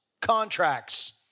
contracts